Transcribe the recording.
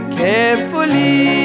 carefully